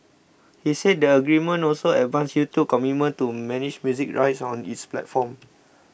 he said the agreement also advanced YouTube's commitment to manage music rights on its platform